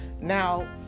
now